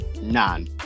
None